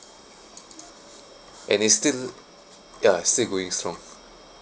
and it's still ya still going strong